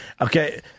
Okay